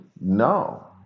no